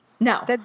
No